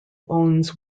owns